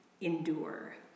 Endure